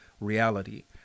reality